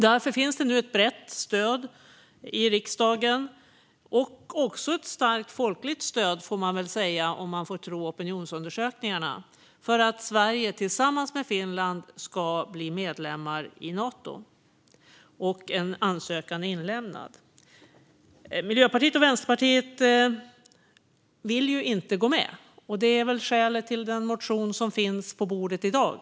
Därför finns nu ett brett stöd i riksdagen och också ett starkt folkligt stöd, om man får tro opinionsundersökningarna, för att Sverige tillsammans med Finland ska bli medlemmar i Nato. Och en ansökan är inlämnad. Miljöpartiet och Vänsterpartiet vill inte gå med, och det är skälet till den motion som finns på bordet i dag.